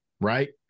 right